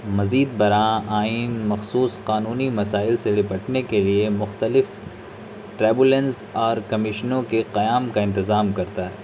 مزید برآں آئین مخصوص قانونی مسائل سے نپٹنے کے لیے مختلف ٹریبلنس اور کمیشنوں کے قیام کا انتظام کرتا ہے